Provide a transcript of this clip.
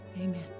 Amen